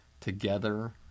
Together